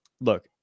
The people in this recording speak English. Look